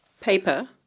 paper